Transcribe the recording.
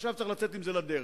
עכשיו צריך לצאת עם זה לדרך.